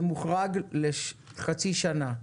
זה מוחרג לחצי שנה,